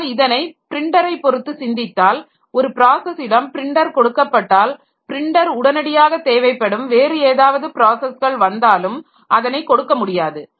ஆனால் இதனை பிரிண்டரை பொறுத்து சிந்தித்தால் ஒரு ப்ராஸஸிடம் பிரிண்டர் கொடுக்கப்பட்டால் பிரிண்டர் உடனடியாக தேவைப்படும் வேறு ஏதாவது ப்ராஸஸ்கள் வந்தாலும் அதனை கொடுக்க முடியாது